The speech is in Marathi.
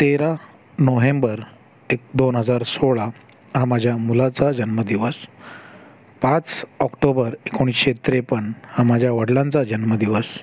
तेरा नोहेंबर एक दोन हजार सोळा हा माझ्या मुलाचा जन्मदिवस पाच ऑक्टोबर एकोणीसशे त्रेपन्न हा माझ्या वडिलांचा जन्मदिवस